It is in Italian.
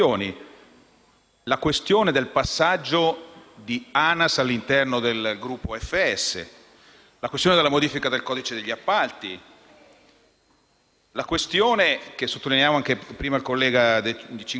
la questione del passaggio di ANAS all'interno del gruppo FS, la questione della modifica del codice degli appalti, l'annosa questione che sottolineava prima un collega del